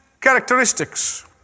characteristics